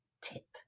tip